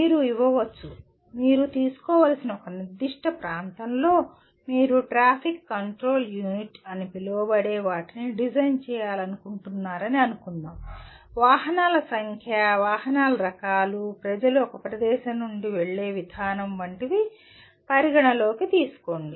మీరు ఇవ్వవచ్చు మీరు తీసుకోవలసిన ఒక నిర్దిష్ట ప్రాంతంలో మీరు ట్రాఫిక్ కంట్రోల్ యూనిట్ అని పిలవబడే వాటిని డిజైన్ చేయాలనుకుంటున్నారని అనుకుందాం వాహనాల సంఖ్య వాహనాల రకాలు ప్రజలు ఒక ప్రదేశం నుండి వెళ్ళే విధానం వంటివి పరిగణనలోకి తీసుకోండి